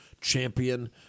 champion